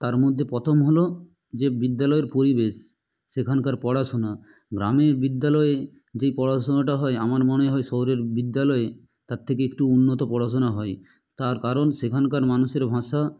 তার মধ্যে প্রথম হলো যে বিদ্যালয়ের পরিবেশ সেখানকার পড়াশোনা গ্রামে বিদ্যালয়ে যেই পড়াশোনাটা হয় আমার মনে হয় শহরের বিদ্যালয়ে তার থেকে একটু উন্নত পড়াশোনা হয় তার কারণ সেখানকার মানুষের ভাষা